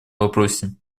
вопросе